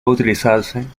utilizarse